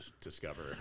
discover